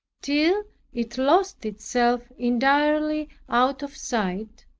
till it lost itself entirely out of sight,